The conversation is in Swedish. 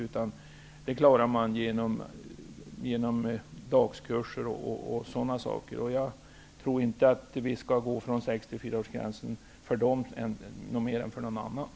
Detta klarar man genom dagskurser och sådana saker. Jag tror inte att vi skall frångå 64-årsgränsen för dem mer än för några andra.